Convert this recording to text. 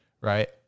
right